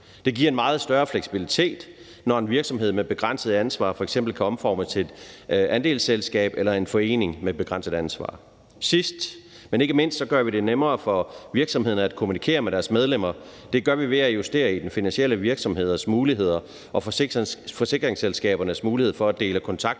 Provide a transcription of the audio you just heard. Det giver en meget større fleksibilitet, når en virksomhed med begrænset ansvar f.eks. kan omformes til et andelsselskab eller en forening med begrænset ansvar. Sidst, men ikke mindst, gør vi det nemmere for virksomhederne at kommunikere med deres medlemmer – det gør vi ved at justere i finansielle virksomheder og forsikringsselskabers mulighed for at dele